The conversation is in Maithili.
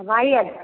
भाइ अएलऽ